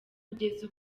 kugeza